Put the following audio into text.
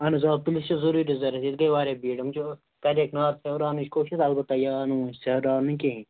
اَہَن حظ آ تٔمِس چھِ ضروٗری ضروٗرت ییٚتہِ گٔے واریاہ بیٖڈ یِم چھِ کَریکھ نار ژھیٚوراونٕچ کوٗشِش البتہ یہِ آو نہٕ وُنہِ ژھیٚوراونہٕ کِہیٖنٛۍ